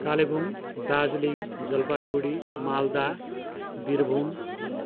Kalimpong Darjeeling Jalpaiguri Malda Birbhum